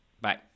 Bye